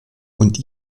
und